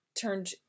turned